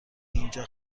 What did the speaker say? اینجا